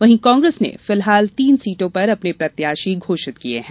वहीं कांग्रेस ने फिलहाल तीन सीटों पर अपने प्रत्याशी घोषित कर दिये हैं